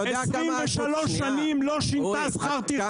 חברת ביטוח לא שינתה 23 שנים שכר טרחה.